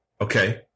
Okay